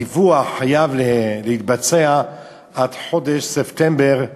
הדיווח חייב להתבצע עד חודש ספטמבר,